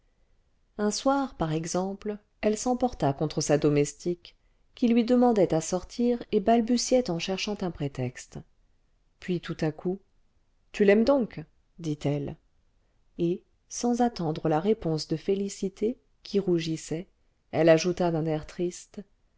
un soir par exemple elle s'emporta contre sa domestique qui lui demandait à sortir et balbutiait en cherchant un prétexte puis tout à coup tu l'aimes donc dit-elle et sans attendre la réponse de félicité qui rougissait elle ajouta d'un air triste